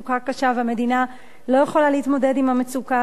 והמדינה לא יכולה להתמודד עם המצוקה הזאת.